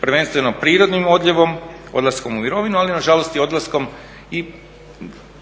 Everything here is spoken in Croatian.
prvenstveno prirodnim odljevom, odlaskom u mirovinu ali nažalost i odlaskom i